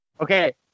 okay